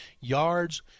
yards